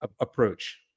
approach